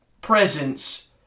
presence